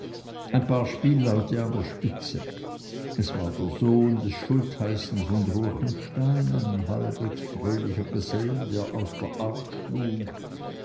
ein paar spielleute an der spitze es war der sohn des schultheißen von ruechenstein ein halbwegs fröhlicher gesell der aus der art schlug